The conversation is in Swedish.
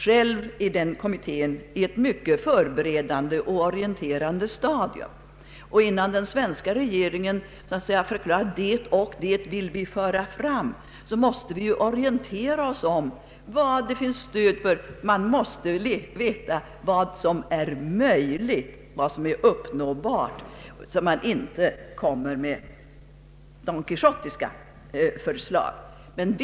Själv befinner sig kommittén på ett mycket förberedande och orienterande stadium. Innan den svenska regeringen kan ta ställning till vad vi önskar föra fram måste vi orientera oss om vilka förslag som det finns stöd för; vi måste veta vad som är möjligt och uppnåbart, så att vi inte riskerar att komma med några förslag av Don Quijote-natur!